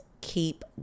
keep